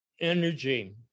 energy